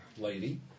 lady